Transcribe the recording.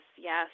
yes